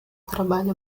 trabalho